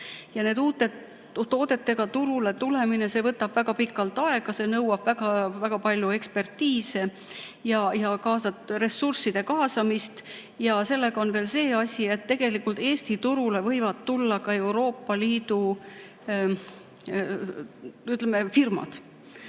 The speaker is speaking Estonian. Uute toodetega turule tulemine võtab väga pikalt aega, see nõuab väga-väga palju ekspertiise ja ressursside kaasamist. Ja sellega on veel see asi, et tegelikult Eesti turule võivad tulla ka Euroopa Liidu firmad.